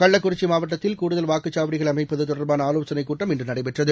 கள்ளக்குறிச்சிமாவட்டத்தில் கூடுதல் வாக்குச்சாவடிகள் அமைப்பதுதொடர்பானஆலோசனைக் கூட்டம் இன்றநடைபெற்றது